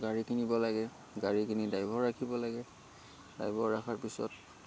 গাড়ী কিনিব লাগে গাড়ী কিনি ড্ৰাইভাৰ ৰাখিব লাগে ড্ৰাইভাৰ ৰাখাৰ পিছত